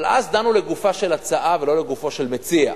אבל אז דנו לגופה של הצעה ולא לגופו של מציע.